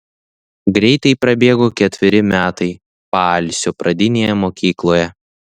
greitai prabėgo ketveri metai paalsio pradinėje mokykloje